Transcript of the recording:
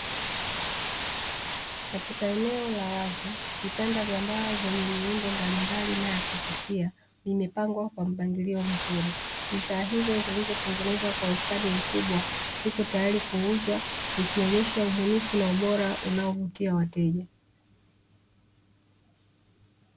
Katika eneo la wazi, vitanda vya mbao vyenye miundo mbalimbali na ya kuvutia, vimepangwa kwa mpangilio mzuri. Bidhaa hizo zilizotengenezwa kwa ustadi mkubwa ziko tayari kuuzwa, zikionyesha ubunifu na ubora unao vutia wateja.